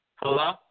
Hello